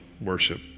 worship